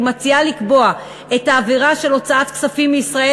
ומציעה לקבוע את העבירה של הוצאת כספים מישראל